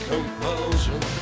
Compulsion